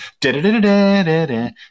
da-da-da-da-da-da